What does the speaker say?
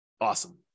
Awesome